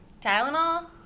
Tylenol